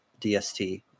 DST